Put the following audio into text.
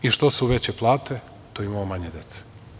I što su veće plate to imamo manje dece.